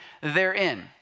therein